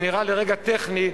שנראה לרגע טכני,